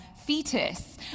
Fetus